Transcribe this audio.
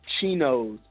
Chino's